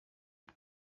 iki